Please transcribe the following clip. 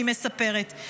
היא מספרת.